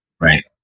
Right